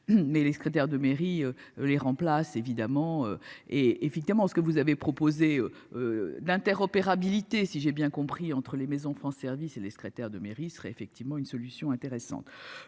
mais les secrétaire de mairie les remplace évidemment et effectivement ce que vous avez proposé. D'interopérabilité, si j'ai bien compris, entre les maisons France service et les secrétaires de mairie serait effectivement une solution intéressante.